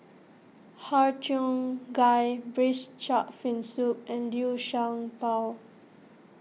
Har Cheong Gai Braised Shark Fin Soup and Liu Sha Bao